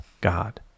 God